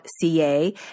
ca